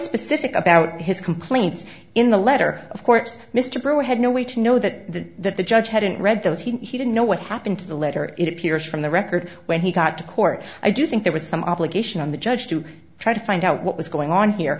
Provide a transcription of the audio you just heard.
specific about his complaints in the letter of course mr brewer had no way to know that the the judge hadn't read those he didn't know what happened to the letter it appears from the record when he got to court i do think there was some obligation on the judge to try to find out what was going on here